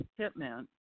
hitman